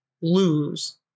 lose